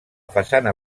façana